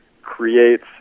creates